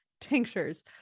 Tinctures